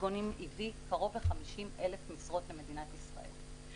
גומלין הביא כ-50,000 משרות למדינת ישראל,